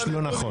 מאיפה הנתונים?